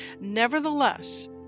Nevertheless